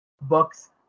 books